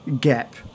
gap